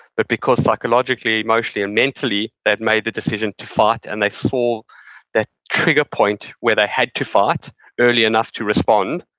but because psychologically, emotionally, and mentally, they made the decision to fight and they saw that trigger point where they had to fight early enough to respond,